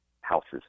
houses